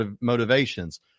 motivations